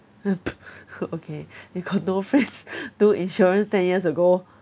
okay you got no friends do insurance ten years ago